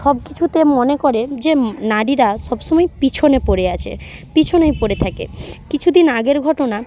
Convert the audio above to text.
সবকিছুতে মনে করে যে নারীরা সবসময়ই পিছনে পড়ে আছে পিছনেই পড়ে থাকে কিছুদিন আগের ঘটনা